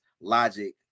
logic